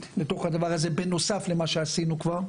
לתוך הדבר הזה בנוסף למה שעשינו כבר.